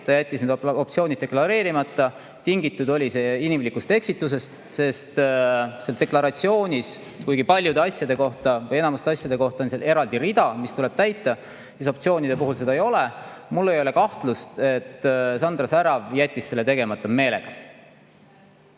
ta jättis need optsioonid deklareerimata. Tingitud oli see inimlikust eksitusest, sest selles deklaratsioonis on paljude asjade kohta või enamuste asjade kohta eraldi rida, mis tuleb täita, aga optsioonide kohta seda ei ole. Ma ei kahtlusta, et Sandra Särav jättis selle tegemata meelega.